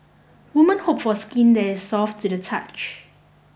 women hope for skin that is soft to the touch